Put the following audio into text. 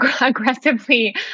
aggressively